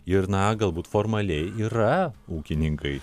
ir na galbūt formaliai yra ūkininkai